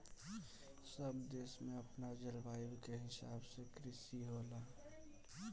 सब देश में अपना जलवायु के हिसाब से कृषि होला